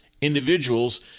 individuals